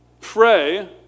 pray